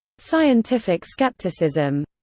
scientific skepticism